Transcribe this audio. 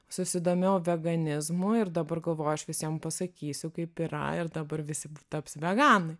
susidomėjau veganizmu ir dabar galvoju aš visiem pasakysiu kaip yra ir dabar visi taps veganai